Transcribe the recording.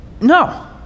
No